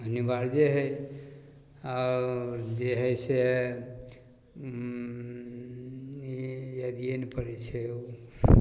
अनिवार्ये हइ आओर जे हइ से यादिए नहि पड़ै छै यौ